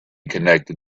connected